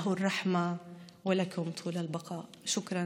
לו הרחמים ולכם חיים ארוכים.